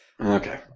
Okay